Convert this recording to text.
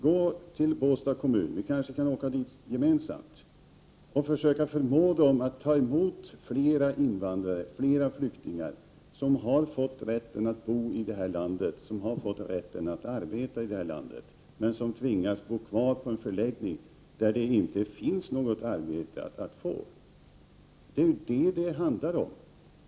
Gå då till Båstad — vi kanske kan åka dit gemensamt — och försök förmå den att ta emot fler invandrare, fler flyktingar som har fått rätt att bo och arbeta i det här landet men som tvingas bo kvar på en förläggning där det inte finns något arbete att få. Det är ju detta det handlar om!